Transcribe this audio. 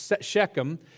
Shechem